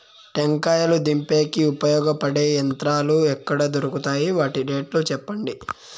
టెంకాయలు దించేకి ఉపయోగపడతాయి పడే యంత్రాలు ఎక్కడ దొరుకుతాయి? వాటి రేట్లు చెప్పండి?